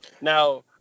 now